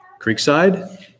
Creekside